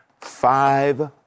five